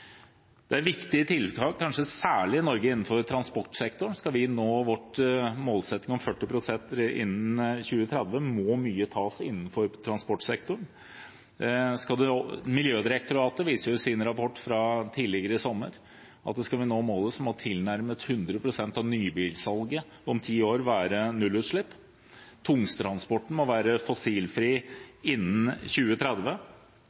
Dette er viktige tiltak, kanskje særlig i Norge innenfor transportsektoren. Skal vi nå vår målsetting om 40 pst. innen 2030, må mye tas innenfor transportsektoren. Miljødirektoratet viste i sin rapport fra tidligere i sommer at skal vi nå målet, må tilnærmet 100 pst. av nybilsalget om ti år være nullutslipp, og tungtransporten må være fossilfri innen 2030.